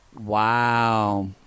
wow